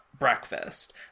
Breakfast